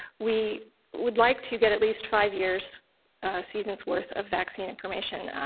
we would like to get at least five years' seasons' worth of vaccine information.